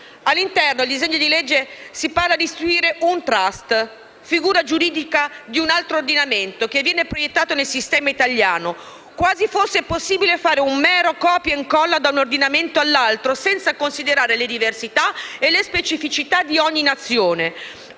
All'interno del disegno di legge si parla di istituire un *trust*, una figura giuridica di un altro ordinamento che viene proiettata nel sistema italiano, quasi fosse possibile fare un mero copia-incolla da un ordinamento all'altro, senza considerare le diversità e le specificità di ogni Nazione.